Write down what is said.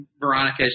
Veronica